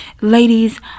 Ladies